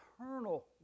eternal